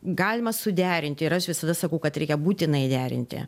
galima suderinti ir aš visada sakau kad reikia būtinai derinti